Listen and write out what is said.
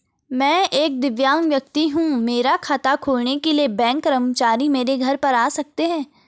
मैं एक दिव्यांग व्यक्ति हूँ मेरा खाता खोलने के लिए बैंक कर्मचारी मेरे घर पर आ सकते हैं?